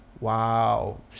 wow